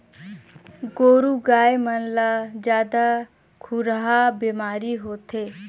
गोरु गाय मन ला जादा खुरहा बेमारी होथे